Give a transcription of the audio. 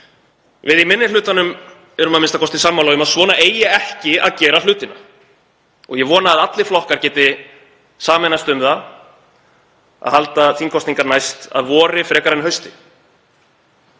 Við í minni hlutanum erum a.m.k. sammála um að svona eigi ekki að gera hlutina. Ég vona að allir flokkar geti sameinast um að halda þingkosningar næst að vori frekar en hausti.